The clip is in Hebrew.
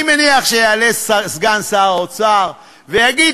אני מניח שיעלה סגן שר האוצר ויגיד